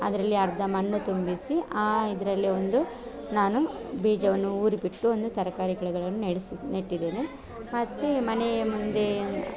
ಅದರಲ್ಲಿ ಅರ್ಧ ಮಣ್ಣು ತುಂಬಿಸಿ ಆ ಇದರಲ್ಲಿ ಒಂದು ನಾನು ಬೀಜವನ್ನು ಊರಿ ಬಿಟ್ಟು ಒಂದು ತರಕಾರಿ ಗಿಡಗಳನ್ನು ನೆಟ್ಟಿದ್ದೇನೆ ಮತ್ತು ಮನೆಯ ಮುಂದೆ